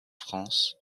france